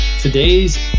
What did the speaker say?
Today's